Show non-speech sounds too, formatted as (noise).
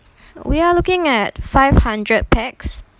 (breath) we are looking at five hundred pax